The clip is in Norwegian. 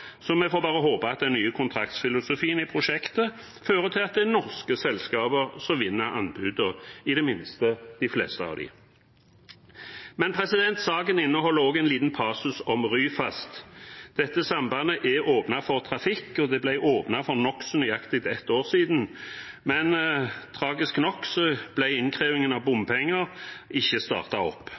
Så vi får bare håpe at den nye kontraktfilosofien i prosjektet fører til at det er norske selskaper som vinner anbudene – i det minste de fleste av dem. Saken inneholder også en liten passus om Ryfast. Dette sambandet er åpnet for trafikk, og det ble åpnet for nokså nøyaktig ett år siden. Men tragisk nok ble innkrevingen av bompenger ikke startet opp.